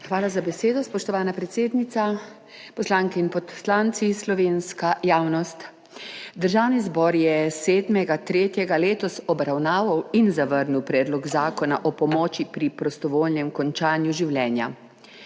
Hvala za besedo, spoštovana predsednica. Poslanke in poslanci, slovenska javnost! Državni zbor je 7. 3. letos obravnaval in zavrnil Predlog Zakona o pomoči pri prostovoljnem končanju življenja,